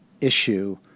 issue